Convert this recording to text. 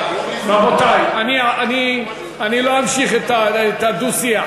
רבותי, אני לא אמשיך את הדו-שיח.